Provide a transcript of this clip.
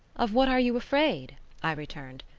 of what are you afraid i returned.